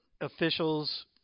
officials